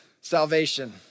salvation